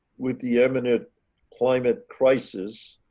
with the eminent climate crisis,